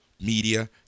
Media